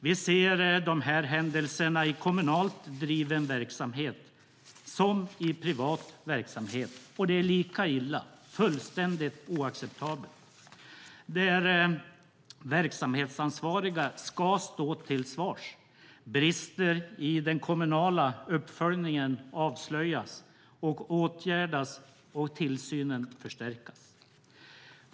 Vi ser de här händelserna såväl i kommunalt driven verksamhet som i privat verksamhet, och det är lika illa - fullständigt oacceptabelt! Där ska verksamhetsansvariga stå till svars, brister i den kommunala uppföljningen avslöjas och åtgärdas samt tillsynen förstärkas.